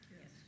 yes